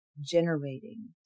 Generating